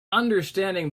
understanding